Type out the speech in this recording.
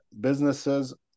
businesses